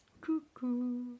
Cuckoo